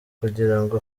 kugirango